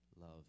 love